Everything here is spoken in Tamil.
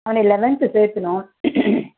அவனை லெவன்த்து சேர்க்கனும்